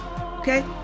Okay